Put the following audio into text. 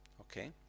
okay